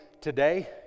today